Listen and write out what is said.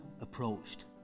approached